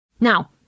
Now